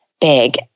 big